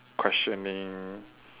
questioning